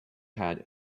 had